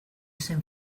zen